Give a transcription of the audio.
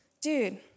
dude